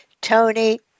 Tony